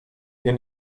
ihr